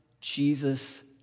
Jesus